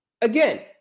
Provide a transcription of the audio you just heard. Again